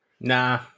Nah